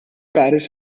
parish